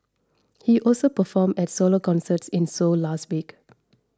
he also performed at solo concerts in Seoul last week